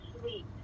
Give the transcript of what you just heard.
sweet